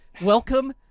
welcome